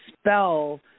spell